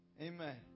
Amen